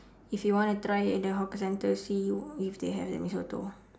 if you wanna try at the hawker centre see if they have the mee soto